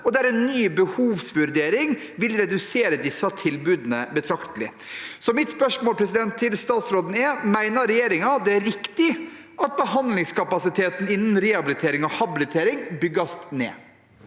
og der ny behovsvurdering vil redusere disse tilbudene betraktelig. Mener regjeringen det er riktig at behandlingskapasiteten innen rehabilitering og habilitering bygges ned?»